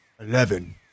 Eleven